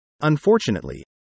Unfortunately